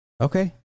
Okay